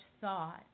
thought